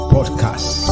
Podcast